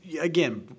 again